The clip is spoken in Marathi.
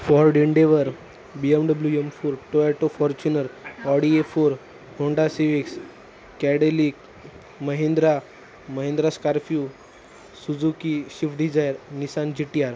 Ford Endeavour B M W M four Toyota Fortuner Audi A four Honda Civics Cadillac Mahindra Mahindra Scorpio Suzuki Swift Dzire Nissan G T R